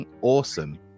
awesome